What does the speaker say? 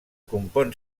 compon